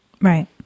Right